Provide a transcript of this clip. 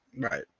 Right